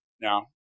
now